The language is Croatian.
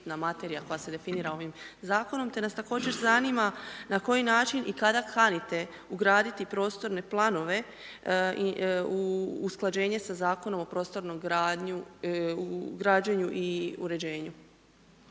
bitna materija koja se definira ovim zakonom. Te nas također zanima na koji način i kada kanite ugraditi prostorne planove u usklađenje sa zakonom u prostornom građenju i uređenju?